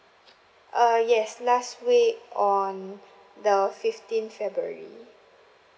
uh yes last week on the fifteenth february